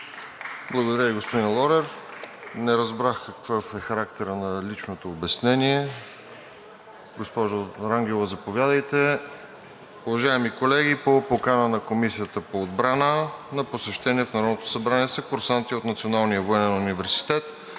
Благодаря Ви, господин Лорер. Не разбрах какъв е характерът на личното обяснение. Уважаеми колеги по покана на Комисията по отбрана на посещение в Народното събрание са курсанти от Националния военен университет.